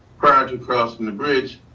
prior to crossing the bridge,